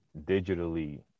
digitally